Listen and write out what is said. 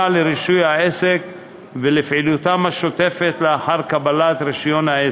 לרישוי העסק ולפעילותם השוטפת לאחר קבלת רישיון העסק.